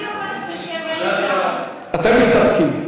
אני אומרת, אתם מסתפקים.